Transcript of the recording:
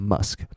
Musk